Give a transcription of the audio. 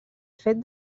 fet